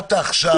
באת עכשיו.